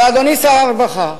אבל, אדוני שר הרווחה,